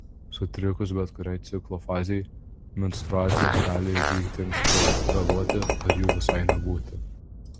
sutrikus bet kuriai ciklo fazei menstruacijos gali įvykti anksčiau vėluoti ar jų visai nebūti